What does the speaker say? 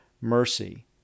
mercy